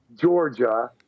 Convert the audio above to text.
Georgia